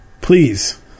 Please